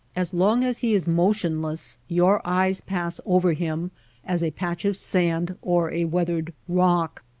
as long as he is motionless your eyes pass over him as a patch of sand or a weathered rock.